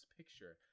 picture